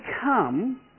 come